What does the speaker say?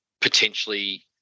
potentially